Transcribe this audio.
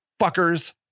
fuckers